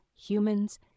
humans